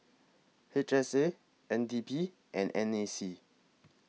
H S A N D P and N A C